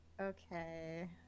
Okay